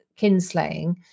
kinslaying